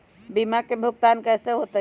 बीमा के भुगतान कैसे होतइ?